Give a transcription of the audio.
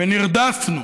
ונרדפנו,